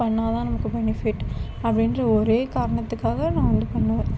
பண்ணிணாதான் நமக்கு பெனிஃபிட் அப்படின்ற ஒரே காரணத்துக்காக நான் வந்து பண்ணுவேன்